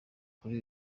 kuri